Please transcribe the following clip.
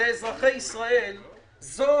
לאזרחי ישראל?